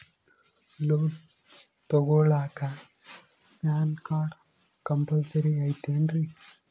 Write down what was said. Loan ತೊಗೊಳ್ಳಾಕ PAN card compulsory ಐಯ್ತೇನ್ರಿ?